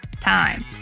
time